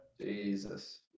Jesus